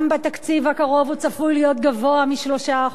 גם בתקציב הקרוב הוא צפוי להיות גבוה מ-3%.